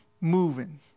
moving